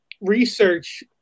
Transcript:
research